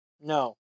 No